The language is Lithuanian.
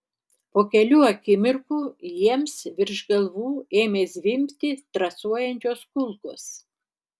po kelių akimirkų jiems virš galvų ėmė zvimbti trasuojančios kulkos